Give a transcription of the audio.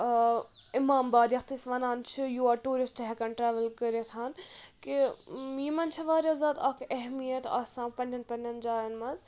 اۭں اِمامباد یَتھ أسۍ وَنان چھِ یور ٹیوٗرِسٹہٕ ہیٚکان ٹرٛیوٕل کٔرِتھ ہَن کہِ یِمَن چھِ واریاہ زیادٕ اَکھ اہمیت آسان پَننؠن پَننؠن جایَن منٛز